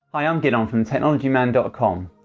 hi, i'm gidon from thetechnologyman and com.